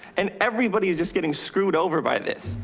and everybody's just getting screwed over by this.